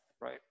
Right